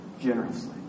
generously